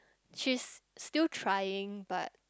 she's still trying but